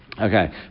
Okay